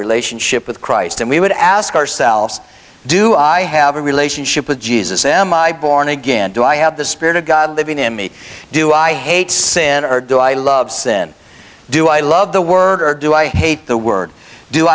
relationship with christ and we would ask ourselves do i have a relationship with jesus am i born again do i have the spirit of god living in me do i hate sin or do i love sin do i love the word or do i hate the word do